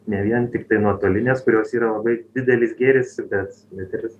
ne vien tiktai nuotolinės kurios yra labai didelis gėris bet bet ir